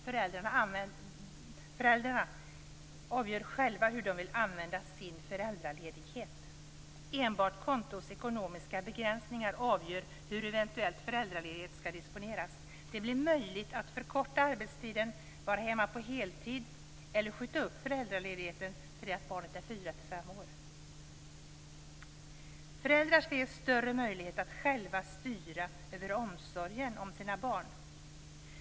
Föräldrarna avgör alltså själva hur de vill använda sin föräldraledighet. Enbart kontots ekonomiska begränsningar avgör hur eventuell föräldraledighet skall disponeras. Det blir möjligt att förkorta arbetstiden, vara hemma på heltid eller skjuta upp föräldraledigheten tills barnet är fyra-fem år. Föräldrar skall ges större möjligheter att själva styra över omsorgen om sina barn.